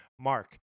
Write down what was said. Mark